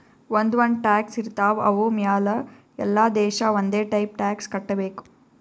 ಒಂದ್ ಒಂದ್ ಟ್ಯಾಕ್ಸ್ ಇರ್ತಾವ್ ಅವು ಮ್ಯಾಲ ಎಲ್ಲಾ ದೇಶ ಒಂದೆ ಟೈಪ್ ಟ್ಯಾಕ್ಸ್ ಕಟ್ಟಬೇಕ್